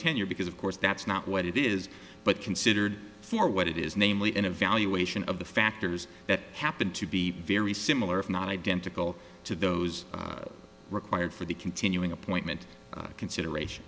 tenure because of course that's not what it is but considered for what it is namely an evaluation of the factors that happen to be very similar if not identical to those required for the continuing appointment consideration